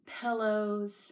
pillows